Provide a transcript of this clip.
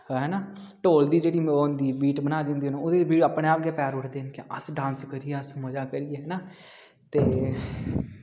है ना ढोल दी जेह्ड़ी ओह् होंदी बीट बनाई दी होंदी ओह्दे ई अपने आप गै पैर उट्ठदे न कि अस डांस करियै अस मज़ा करगे है ना ते